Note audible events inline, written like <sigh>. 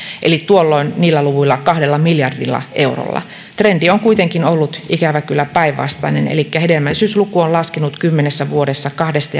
eli tuolloin niillä luvuilla kahdella miljardilla eurolla trendi on kuitenkin ollut ikävä kyllä päinvastainen elikkä hedelmällisyysluku on laskenut kymmenessä vuodessa kahdesta <unintelligible>